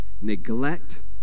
Neglect